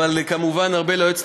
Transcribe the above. אבל כמובן לארבל אסטרחן,